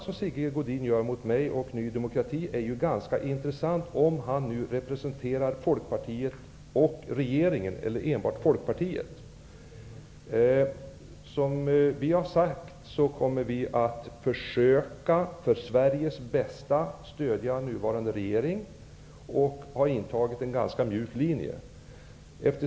Sigge Godins utfall mot mig och Ny demokrati är ganska intressant, om han representerar Folkpartiet och regeringen -- eller kanske enbart Folkpartiet. Som vi har sagt kommer vi att försöka att för Sveriges bästa stödja nuvarande regering. Vi har också intagit en ganska mjuk linje.